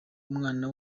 umwana